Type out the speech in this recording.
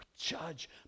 judge